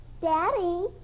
Daddy